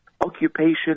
occupation